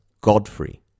Godfrey